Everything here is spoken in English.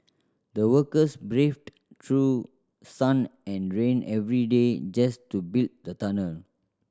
the workers braved through sun and rain every day just to build the tunnel